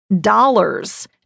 dollars